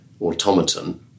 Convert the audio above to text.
automaton